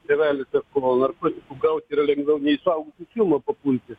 tėveli sako narkotikų gaut yra lengviau nei į suaugusiųjų filmą papulti